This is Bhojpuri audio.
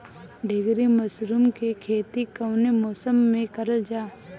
ढीघरी मशरूम के खेती कवने मौसम में करल जा?